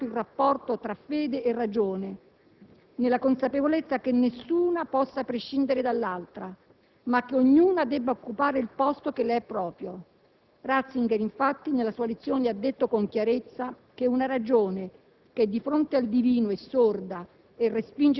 Il Cardinal Poupard, presidente del Consiglio per il dialogo interreligioso, ha definito quel testo come: «una mano tesa, perché rivendica il valore delle culture religiose dell'umanità, tra cui l'Islam...». Il punto centrale della lezione è stato il rapporto tra fede e ragione,